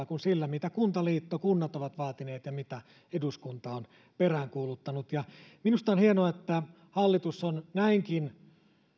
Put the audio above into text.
kuin sillä mitä kuntaliitto kunnat ovat vaatineet ja mitä eduskunta on peräänkuuluttanut ja minusta on hienoa että hallitus on näinkin